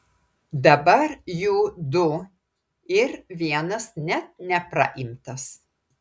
dabar jų du ir vienas net nepraimtas